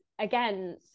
again